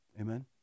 Amen